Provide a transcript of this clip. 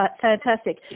fantastic